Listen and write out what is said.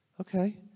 okay